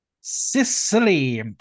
Sicily